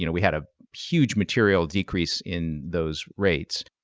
you know we had a huge material decrease in those rates.